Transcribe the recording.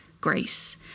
grace